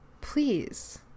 please